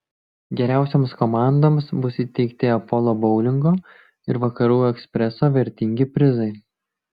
geriausioms komandoms bus įteikti apolo boulingo ir vakarų ekspreso vertingi prizai